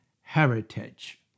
heritage